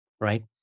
right